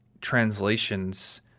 translations